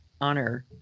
honor